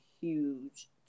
huge